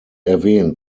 erwähnt